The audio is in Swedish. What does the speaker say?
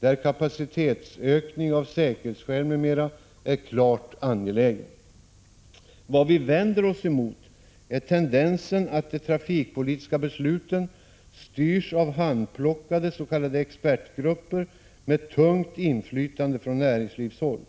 där kapacitetsökning av säkerhetsskäl m.m. är klart angelägen. Vad vi vänder oss mot är tendensen att de trafikpolitiska besluten styrs av handplockade s.k. expertgrupper med tungt inflytande från näringslivshåll.